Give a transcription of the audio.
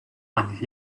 one